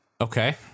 Okay